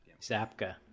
Zapka